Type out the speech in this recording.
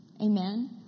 Amen